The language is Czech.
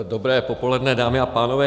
Dobré popoledne, dámy a pánové.